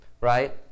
right